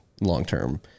long-term